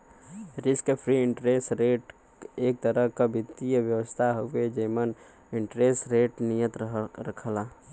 risk free interest rate एक तरह क वित्तीय व्यवस्था हउवे जेमन इंटरेस्ट रेट नियत रहला